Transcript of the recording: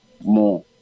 more